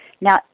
Now